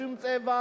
שום הבדל צבע,